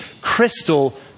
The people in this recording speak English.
crystal